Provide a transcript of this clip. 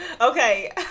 Okay